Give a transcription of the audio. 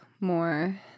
more